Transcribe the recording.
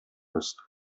ist